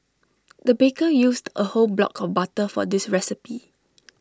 the baker used A whole block of butter for this recipe